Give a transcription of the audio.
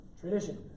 tradition